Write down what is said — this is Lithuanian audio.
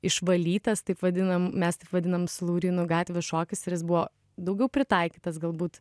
išvalytas taip vadinam mes taip vadinam su laurynu gatvių šokis ir jis buvo daugiau pritaikytas galbūt